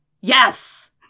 Yes